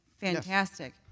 fantastic